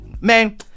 man